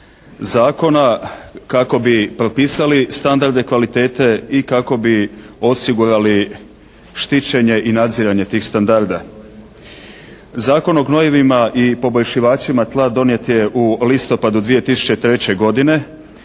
zakona kako bi propisali standarde kvalitete i kako bi osigurali štićenje i nadziranje tih standarda. Zakon o gnojivima i poboljšivačima tla donijet je u listopadu 2003. godine.